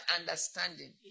understanding